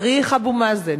צריך אבו מאזן,